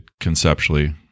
conceptually